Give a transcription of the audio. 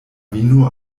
vino